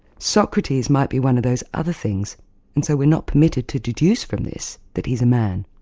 socrates might be one of those other things and so we're not permitted to deduce from this that he's a man.